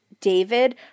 David